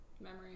memory